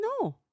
no